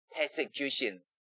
persecutions